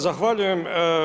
Zahvaljujem.